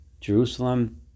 Jerusalem